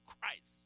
Christ